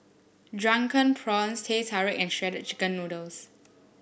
Drunken Prawns Teh Tarik and Shredded Chicken Noodles